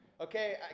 Okay